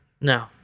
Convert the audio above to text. No